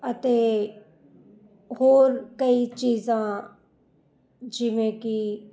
ਅਤੇ ਹੋਰ ਕਈ ਚੀਜ਼ਾਂ ਜਿਵੇਂ ਕੀ